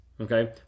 Okay